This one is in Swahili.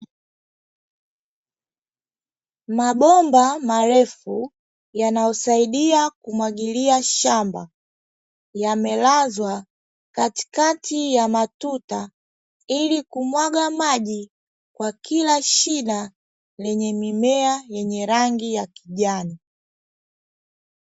Mabomba marefu yanayosaidia kumwagilia shamba, yamelazwa katikati ya matuta ili kumwaga maji kwa kila shina lenye mimea yenye rangi ya kijani.